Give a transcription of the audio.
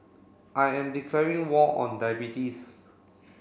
I am declaring war on diabetes